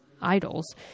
idols